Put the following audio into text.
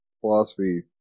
philosophy